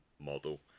model